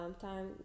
time